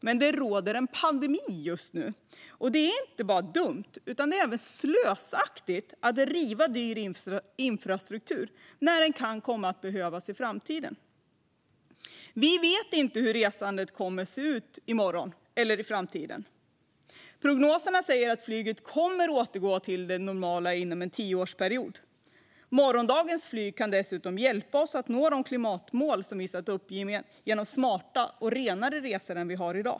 Men det råder en pandemi just nu, och det är inte bara dumt utan även slösaktigt att riva dyr infrastruktur när denna kan komma att behövas i framtiden. Vi vet inte hur resandet kommer att se ut i framtiden, men prognoserna säger att flygandet kommer att återgå till det normala inom en tioårsperiod. Morgondagens flyg kan dessutom hjälpa oss att nå de klimatmål vi satt upp genom smartare och renare resor än dagens.